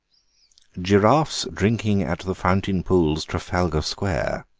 giraffes drinking at the fountain pools, trafalgar square,